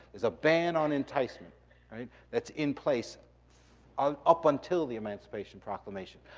there's a ban on enticing that's in place ah up until the emancipation proclamation.